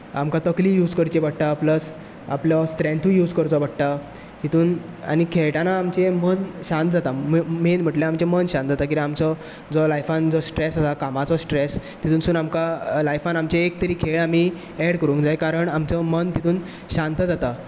आमकां तकली यूज करची पडटा प्लस आपलो स्ट्रेंथूय यूज करचो पडटा हितून आनी खेळटा आमचें मन शांत जाता मेन म्हणटल्यार आमचें मन शांत जाता कित्याक आमचो जो लायफान स्ट्रेस आसता कामाचो स्ट्रेस तितूनसून आमकां लायफान आमच्या एक तरी खेळ आमी एड करूंक जाय कारण आमचो मन तितून शांत जाता